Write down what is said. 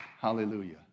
Hallelujah